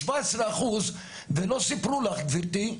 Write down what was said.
17% ולא סיפרו לך גברתי,